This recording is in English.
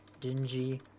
Dingy